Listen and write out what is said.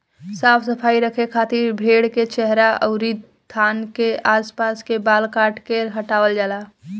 साफ सफाई रखे खातिर भेड़ के चेहरा अउरी थान के आस पास के बाल काट के हटावल जाला